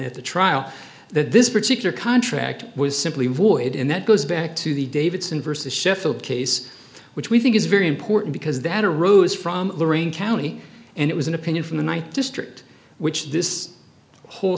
at the trial that this particular contract was simply void and that goes back to the davidson vs sheffield case which we think is very important because that arose from lorain county and it was an opinion from the one district which this whole